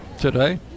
today